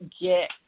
Get